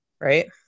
right